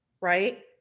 right